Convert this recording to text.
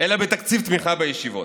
אלא בתקציב תמיכה בישיבות.